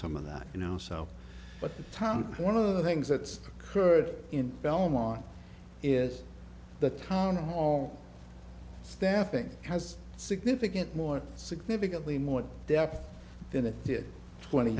some of that you know so but time one of the things that occurred in belmont is the town hall staffing has significant more significantly more depth than it did twenty